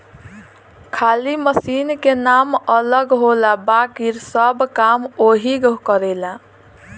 खाली मशीन के नाम अलग होला बाकिर सब काम ओहीग करेला